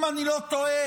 אם אני לא טועה,